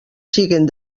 siguen